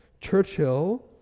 Churchill